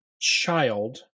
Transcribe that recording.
child